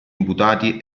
imputati